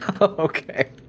Okay